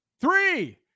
three